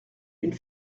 une